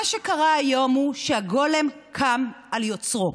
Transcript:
מה שקרה היום הוא שהגולם קם על יוצרו.